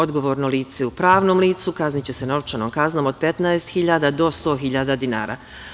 Odgovorno lice u pravnom licu kazniće se novčanom kaznom u iznosu od 15 hiljada do 100 hiljada dinara.